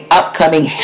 upcoming